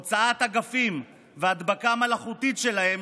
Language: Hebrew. הוצאת אגפים והדבקה מלאכותית שלהם,